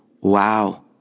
wow